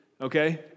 Okay